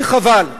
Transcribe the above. וחבל.